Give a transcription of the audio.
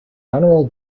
honourable